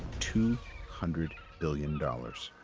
two hundred billion dollars.